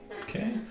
Okay